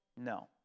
No